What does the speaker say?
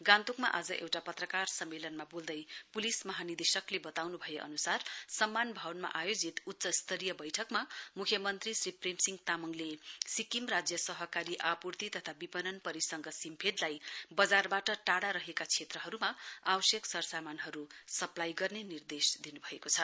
गान्तोकमा आज एउटा पत्रकार सम्मेलनमा बोल्दै पुलिस महानिदेशकले बताउन् भए अनुसार सम्मान भवनमा आयोजित उच्च स्तरी वैठकमा मुख्यमन्त्री श्री प्रेमसिंह तामङले सिक्किम राज्य सहकारी आपुर्ति तथा विपणन परिसंघ सिम्फेड लाई बजारवाट टाढ़ा रहेका क्षेत्रहरुमा आवश्यक सरसामानहरु सप्लाई गर्ने निर्देश दिनुभएको छ